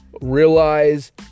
realize